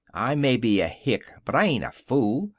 i may be a hick but i ain't a fool.